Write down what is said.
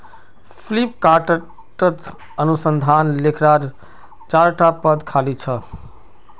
फ्लिपकार्टत अनुसंधान लेखाकारेर चार टा पद खाली छ